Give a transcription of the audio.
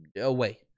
away